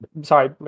Sorry